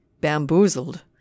bamboozled